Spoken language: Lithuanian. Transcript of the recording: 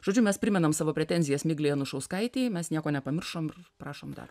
žodžiu mes primenam savo pretenzijas miglei anušauskaitei mes nieko nepamiršom ir prašom dar